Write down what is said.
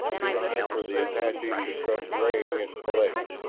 too high for the apaches to trust raying its blades.